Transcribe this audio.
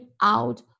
out